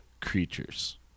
creatures